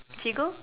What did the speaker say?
cheagle